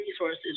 resources